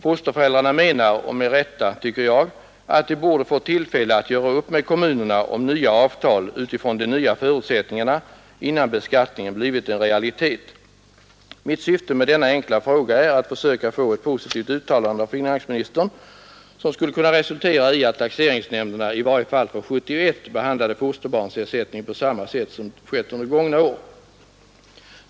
Fosterföräldrarna menar — med rätta, tycker jag — att de borde ha fått tillfälle att göra upp med kommunerna om nya avtal utifrån de nya förutsättningarna innan beskattningen blivit en realitet. Mitt syfte med denna enkla fråga var att försöka få ett positivt uttalande av finansministern som skulle kunna resultera i att taxeringsnämnderna i varje fall för 1971 behandlade fosterbarnsersättningen på samma sätt som skett under gångna år.